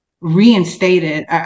reinstated